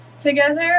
together